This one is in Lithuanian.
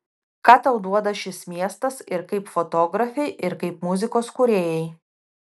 ką tau duoda šis miestas ir kaip fotografei ir kaip muzikos kūrėjai